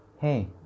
hey